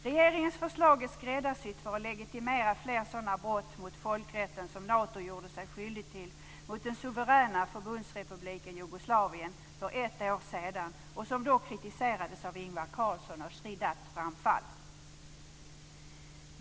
Regeringens förslag är skräddarsytt för att legitimera fler sådana brott mot folkrätten som Nato gjorde sig skyldigt till mot den suveräna förbundsrepubliken Jugoslavien för ett år sedan och som då kritiserades av Ingvar Carlsson och Shridath Ramphal.